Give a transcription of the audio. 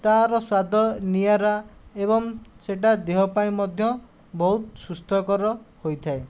ତାର ସ୍ୱାଦ ନିଆରା ଏବଂ ସେଟା ଦେହ ପାଇଁ ମଧ୍ୟ ବହୁତ ସୁସ୍ଥକର ହୋଇଥାଏ